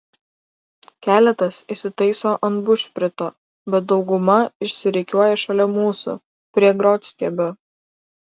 keletas įsitaiso ant bušprito bet dauguma išsirikiuoja šalia mūsų prie grotstiebio